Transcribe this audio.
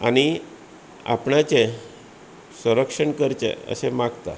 आनी आपणाचे संरक्षण करचें अशें मागता